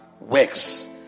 works